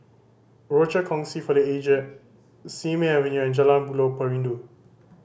Rochor Kongsi for The Aged Simei Avenue and Jalan Buloh Perindu